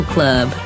Club